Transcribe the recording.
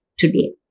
today